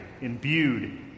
imbued